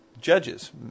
judges